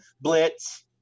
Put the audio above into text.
blitz